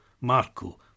Marco